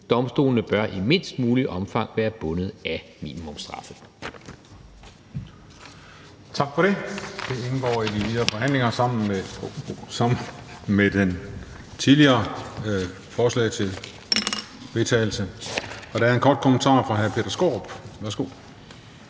Domstolene bør i mindst muligt omfang være bundet af minimumsstraffe.«